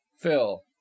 phil